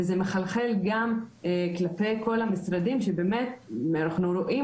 וזה מחלחל גם כלפי כל המשרדים שבאמת אנחנו רואים